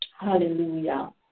Hallelujah